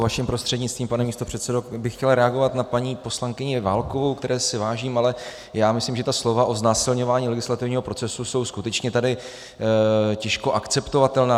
Vaším prostřednictvím, pane místopředsedo, bych chtěl reagovat na paní poslankyni Válkovou, které si vážím, ale myslím, že slova o znásilňování legislativního procesu jsou skutečně těžko akceptovatelná.